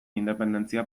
independentzia